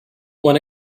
one